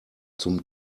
zum